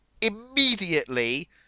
immediately